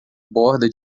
borda